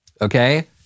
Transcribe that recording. Okay